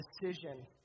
decision